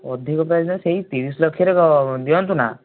ଅଧିକ ପ୍ରାଇସ୍ ନାହିଁ ସେହି ତିରିଶ ଲକ୍ଷରେ ଦିଅନ୍ତୁ ନା